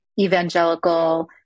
evangelical